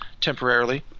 temporarily